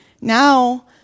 now